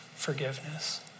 Forgiveness